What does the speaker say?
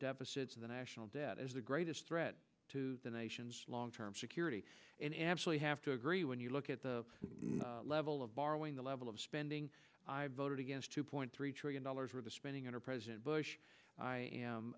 deficits the national debt is the greatest threat to the nation's long term security and absolutely have to agree when you look at the level of borrowing the level of spending voted against two point three trillion dollars worth of spending under president